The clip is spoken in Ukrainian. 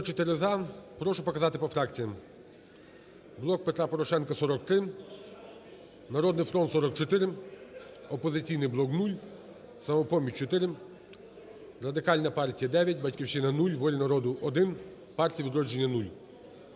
Прошу показати по фракціям.